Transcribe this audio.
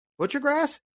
Butchergrass